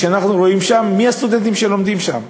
אנחנו רואים מי הסטודנטים שלומדים שם.